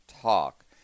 talk